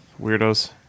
Weirdos